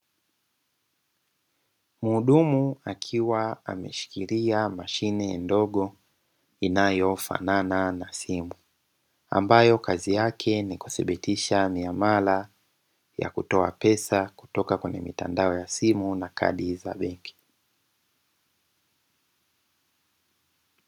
Mhudumu akiwa ameshikilia mashine ndogo, inayofanana na simu ambayo kazi yake ni kuthibitisha miamala ya kutoa pesa kutoka kwenye mitandao ya simu na kadi za benki.